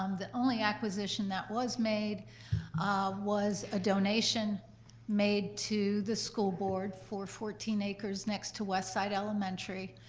um the only acquisition that was made was a donation made to the school board for fourteen acres next to west side elementary,